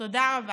תודה רבה.